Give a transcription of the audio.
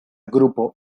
grupo